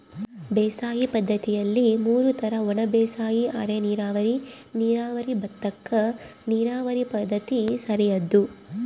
ಬೇಸಾಯ ಪದ್ದತಿಯಲ್ಲಿ ಮೂರು ತರ ಒಣಬೇಸಾಯ ಅರೆನೀರಾವರಿ ನೀರಾವರಿ ಭತ್ತಕ್ಕ ನೀರಾವರಿ ಪದ್ಧತಿ ಸರಿಯಾದ್ದು